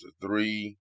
three